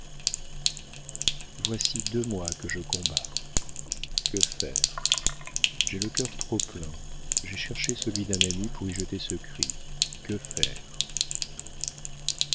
voici deux mois que je combats que faire j'ai le cœur trop plein j'ai cherché celui d'un ami pour y jeter ce cri que faire